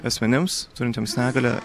asmenims turintiems negalią